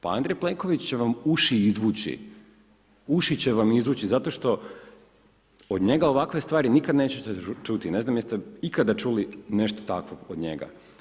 Pa Andrej Plenković će vam uši izvući, uši će vam izvući zato što od njega ovakve stvari nikada nećete čuti, ne znam jeste ikada čuli nešto takovo od njega.